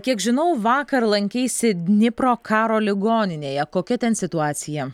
kiek žinau vakar lankeisi dnipro karo ligoninėje kokia ten situacija